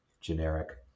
generic